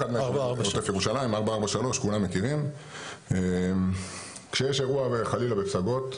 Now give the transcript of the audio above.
כשיש אירוע חלילה בפסגות,